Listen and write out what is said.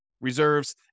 reserves